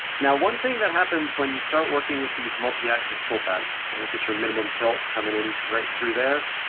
now, one thing that happens when you start working with these multiaxis toolpaths, so look at your minimum tilt coming in right through there.